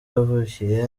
yavukiye